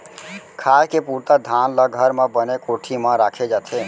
खाए के पुरता धान ल घर म बने कोठी म राखे जाथे